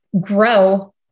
grow